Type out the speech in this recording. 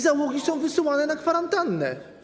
Załogi są wysyłane na kwarantannę.